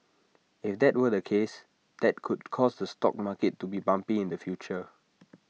if that were the case that could cause the stock market to be bumpy in the future